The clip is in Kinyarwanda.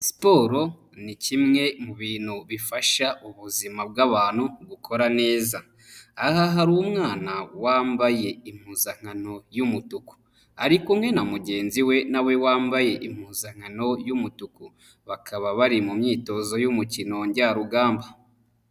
Siporo ni kimwe mu bintu bifasha ubuzima bw'abantu gukora neza, aha hari umwana wambaye impuzankano y'umutuku, ari kumwe na mugenzi we nawe wambaye impuzankano y'umutuku, bakaba bari mu myitozo y'umukino njya rugamba.